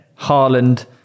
Haaland